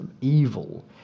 evil